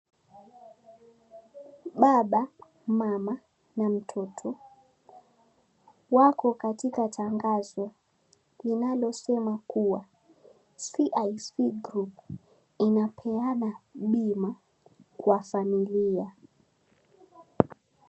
Baba, mama na mtoto, wako katika tangazo linalosema kuwa CIC Group inapeana bima kwa familia.